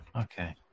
okay